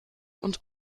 und